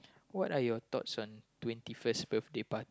what are your thoughts on twenty first birthday part